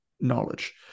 knowledge